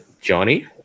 Johnny